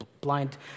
blind